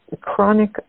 chronic